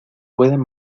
pueden